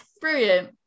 Brilliant